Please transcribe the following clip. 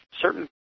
certain